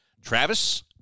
Travis